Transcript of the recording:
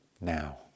now